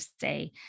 say